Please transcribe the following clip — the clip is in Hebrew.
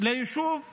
ליישוב דרור,